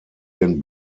ihren